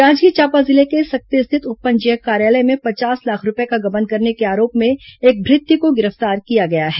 जांजगीर चांपा जिले के सक्ती स्थित उप पंजीयक कार्यालय में पचास लाख रूपये का गबन करने के आरोप में एक भृत्य को गिरफ्तार किया गया है